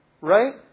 right